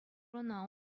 ӑна